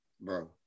Bro